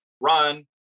Run